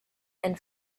and